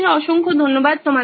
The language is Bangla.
অসংখ্য ধন্যবাদ তোমাদের